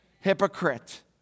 hypocrite